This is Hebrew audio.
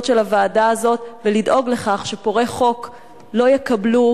של הוועדה הזאת ולדאוג לכך שפורעי חוק לא יקבלו